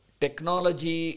technology